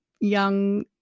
young